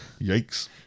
Yikes